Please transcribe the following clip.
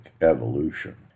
evolution